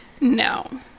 No